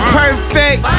perfect